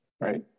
Right